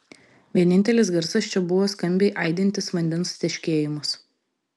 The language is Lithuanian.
vienintelis garsas čia buvo skambiai aidintis vandens teškėjimas